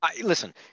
Listen